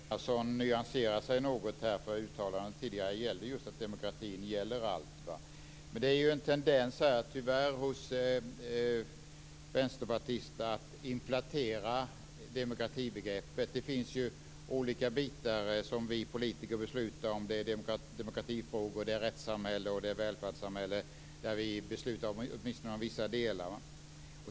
Fru talman! Det är ju bra att Mats Einarsson nyanserar sig något här. Det tidigare uttalandet gick just ut på att demokratin gäller allt. Det finns tyvärr en tendens hos vänsterpartister att inflatera demokratibegreppet. Det finns olika frågor som vi politiker demokratiskt beslutar om. När det gäller rättssamhälle och välfärdssamhälle beslutar vi åtminstone om vissa delar.